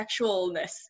sexualness